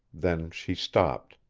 then she stopped.